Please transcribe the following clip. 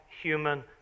human